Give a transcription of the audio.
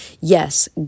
Yes